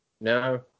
No